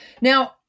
Now-